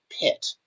pit